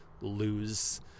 lose